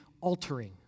altering